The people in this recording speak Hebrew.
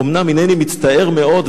אומנם הנני מצטער מאוד,